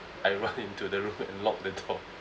I run into the room and locked the door